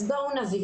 אם כן, בואו נבהיר.